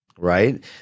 Right